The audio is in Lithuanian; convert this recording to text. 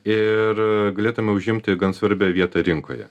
ir galėtume užimti gan svarbią vietą rinkoje